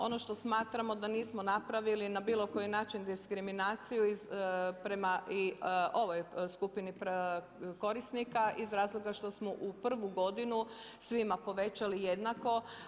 Ono što smatramo da nismo napravili na bilo koji način diskriminaciju prema i ovoj skupini korisnika iz razloga što smo u prvu godinu svima povećali jednako.